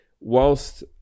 whilst